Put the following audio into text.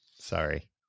Sorry